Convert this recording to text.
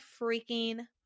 freaking